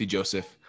Joseph